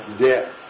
Death